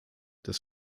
das